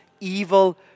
evil